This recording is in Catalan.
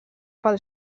pel